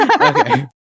Okay